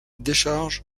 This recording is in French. décharge